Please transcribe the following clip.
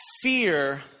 fear